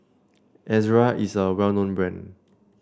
Ezerra is a well known brand